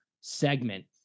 segment